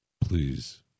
Please